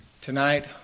Tonight